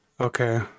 Okay